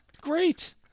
great